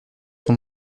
sont